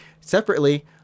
Separately